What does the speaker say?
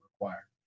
required